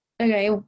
okay